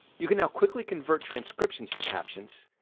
you can now quickly convert transcriptions to captions,